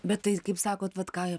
bet tai kaip sakot vat ką ir